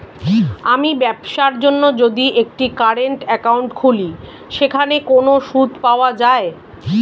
আমি ব্যবসার জন্য যদি একটি কারেন্ট একাউন্ট খুলি সেখানে কোনো সুদ পাওয়া যায়?